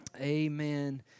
Amen